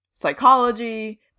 psychology